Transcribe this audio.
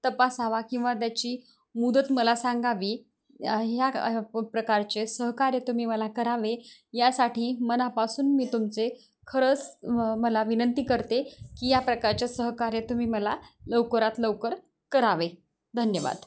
तपासावा किंवा त्याची मुदत मला सांगावी ह्या प्रकारचे सहकार्य तुम्ही मला करावे यासाठी मनापासून मी तुमचे खरंच मला विनंती करते की या प्रकारच्या सहकार्य तुम्ही मला लवकरात लवकर करावे धन्यवाद